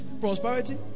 prosperity